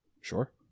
Sure